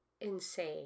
insane